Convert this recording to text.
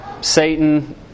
Satan